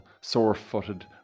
sore-footed